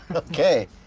okay,